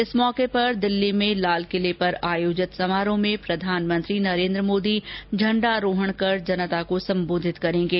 इस मौके पर दिल्ली में लाल किले पर आयोजित समारोह में प्रधानमंत्री नरेन्द्र मोदी झण्डारोहण कर जनता को सम्बोधित करेंगे